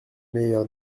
meilleur